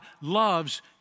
loves